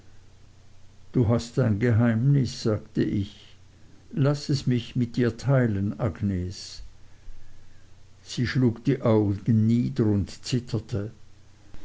du hast ein geheimnis sagte ich laß es mich mit dir teilen agnes sie schlug die augen nieder und zitterte